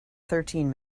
thirteen